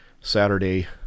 Saturday